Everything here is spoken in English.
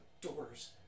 doors